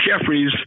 Jeffries